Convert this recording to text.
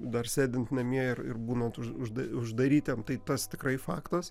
dar sėdint namie ir būnant už uždarytiem tai tas tikrai faktas